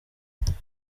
igihe